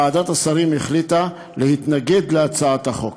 ועדת השרים החליטה להתנגד להצעת החוק.